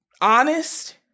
honest